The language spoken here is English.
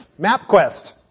MapQuest